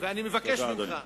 ומבקש ממך,